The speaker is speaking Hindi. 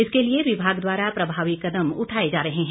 इसके लिए विभाग द्वारा प्रभावी कदम उठाए जा रहे हैं